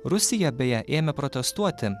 rusija beje ėmė protestuoti